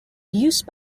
use